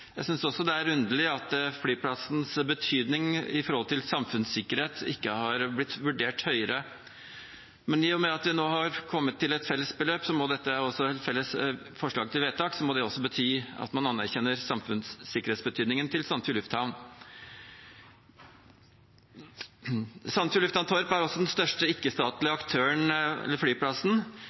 Jeg synes også det er underlig at flyplassens betydning for samfunnssikkerhet ikke har blitt vurdert høyere. Men i og med at vi nå har kommet til et felles beløp, et felles forslag til vedtak, må det også bety at man anerkjenner betydningen Sandefjord lufthavn har for samfunnssikkerheten. Sandefjord lufthavn Torp er altså den største